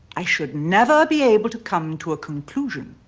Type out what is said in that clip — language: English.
i should never be able to come to a conclusion.